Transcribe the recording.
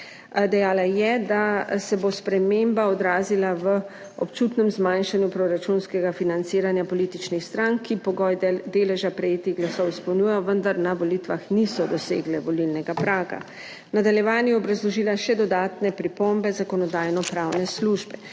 Dejala je, da se bo sprememba odrazila v občutnem zmanjšanju proračunskega financiranja političnih strank, ki pogoj deleža prejetih glasov izpolnjujejo, vendar na volitvah niso dosegle volilnega praga. V nadaljevanju je obrazložila še dodatne pripombe Zakonodajno-pravne službe.